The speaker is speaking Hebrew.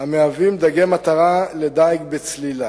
המהווים מטרה לדיג בצלילה.